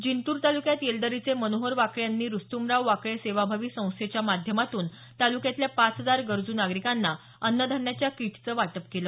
जिंतूर तालुक्यात येलदरीचे मनोहर वाकळे यांनी रूस्त्मराव वाकळे सेवाभावी संस्थेच्या माध्यमातून तालुक्यातल्या पाच हजार गरजू नागरिकांना अन्नधान्याच्या किटचं वाटप काल केलं